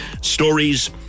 Stories